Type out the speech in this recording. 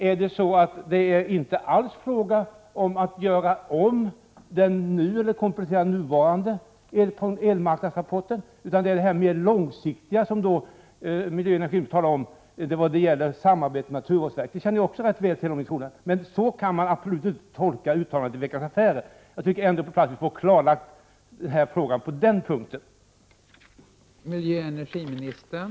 Är det inte alls fråga om att göra om eller komplettera den nuvarande elmarknadsrapporten, eller handlar det om de mer långsiktiga saker som miljöoch energiministern talade om rörande samarbetet med naturvårdsverket? Det känner jag också rätt väl till. Så kan man emellertid inte alls tolka uttalandet i Veckans Affärer. Jag tycker ändå att det vore bra att få ett klarläggande på den punkten.